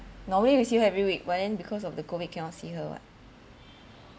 normally we see her every week but then because of the COVID cannot see her [what]